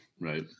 right